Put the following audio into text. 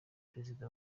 perezida